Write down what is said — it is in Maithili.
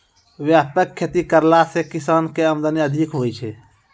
व्यापक खेती करला से किसान के आमदनी अधिक हुवै छै